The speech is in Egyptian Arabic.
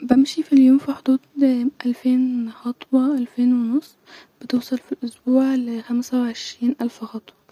بمشي في اليوم في-حدود الفين خطوه-الفين ونص-بوصل في الاسبوع ل-خمسه وعشرين اللف خطوه